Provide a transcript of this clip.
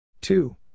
Two